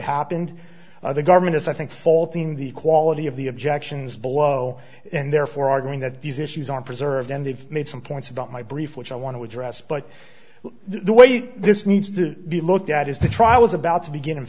happened other government is i think faulting the quality of the objections below and therefore arguing that these issues are preserved and they've made some points about my brief which i want to address but the way this needs to be looked at is the trial was about to begin in